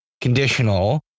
conditional